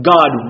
God